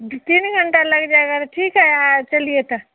दो तीन घंटा लग जाएगा तो ठीक है चलिए तो